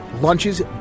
Lunches